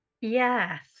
Yes